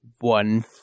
One